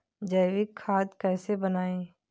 जैविक खाद कैसे बनाएँ?